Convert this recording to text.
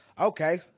okay